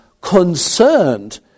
concerned